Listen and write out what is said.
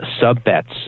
sub-bets